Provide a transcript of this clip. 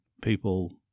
people